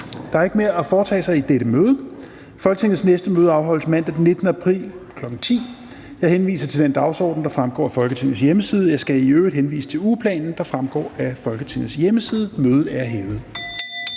Der er ikke mere at foretage i dette møde. Folketingets næste møde afholdes mandag den 19. april 2021, kl. 10.00. Jeg henviser til den dagsorden, der fremgår af Folketingets hjemmeside. Jeg skal i øvrigt henvise til ugeplanen, der fremgår af Folketingets hjemmeside. Mødet er hævet.